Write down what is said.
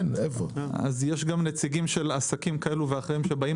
אז יש גם נציגים של עסקים כאלה ואחרים שבאים